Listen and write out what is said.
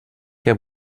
què